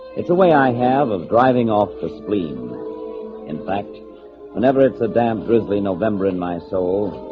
it's a way i have of driving off the spleen in fact whenever it's a damp drizzly november in my soul,